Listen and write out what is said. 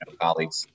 colleagues